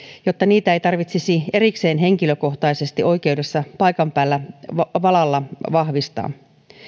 jotta niitä ei tarvitsisi erikseen henkilökohtaisesti oikeudessa paikan päällä valalla vahvistaa